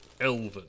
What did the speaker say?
Elven